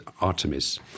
artemis